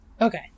okay